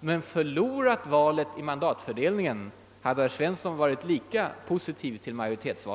men förlorat valet i mandatfördelningen, skulle herr Svens son då ha varit lika positiv till majoritetsval?